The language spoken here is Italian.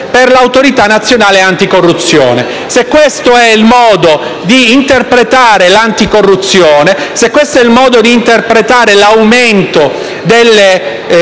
per l'Autorità nazionale anticorruzione. Se questo è il modo di interpretare l'anticorruzione, se questo è il modo di interpretare l'aumento delle